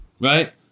right